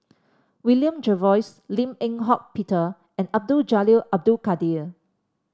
William Jervois Lim Eng Hock Peter and Abdul Jalil Abdul Kadir